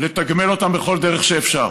לתגמל אותם בכל דרך שאפשר.